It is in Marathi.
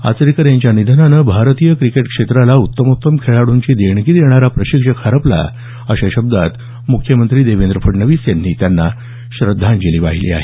आचरेकर यांच्या निधनानं भारतीय क्रिकेट क्षेत्राला उत्तोमत्तम खेळाडूंची देणगी देणारा प्रशिक्षक हरपला अशा शब्दात मुख्यमंत्री देवेंद्र फडणवीस यांनी श्रध्दांजली वाहिली आहे